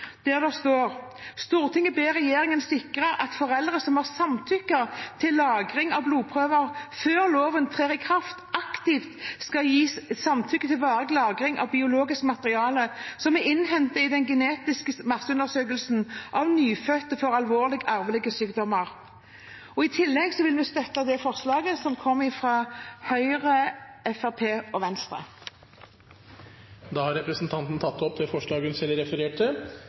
ber regjeringen sikre at foreldre som har samtykket til lagring av blodprøve før loven trer i kraft, aktivt skal gi samtykke til varig lagring av biologisk materiale som er innhentet i den genetiske masseundersøkelsen av nyfødte for alvorlig arvelige sykdommer.» I tillegg vil vi støtte forslaget fra Høyre, Fremskrittspartiet og Venstre. Representanten Olaug V. Bollestad har tatt opp det forslaget hun refererte.